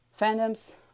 Fandoms